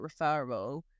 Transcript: referral